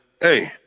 hey